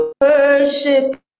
worship